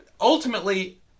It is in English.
ultimately